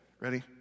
ready